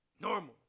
normal